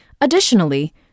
Additionally